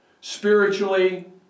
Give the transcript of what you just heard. spiritually